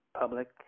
public